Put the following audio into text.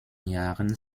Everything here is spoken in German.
jahren